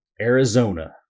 Arizona